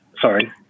sorry